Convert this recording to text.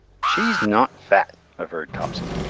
she's not fat! averred topsy.